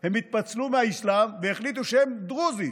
הם התפצלו מהאסלאם והחליטו שהם דרוזים.